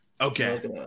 Okay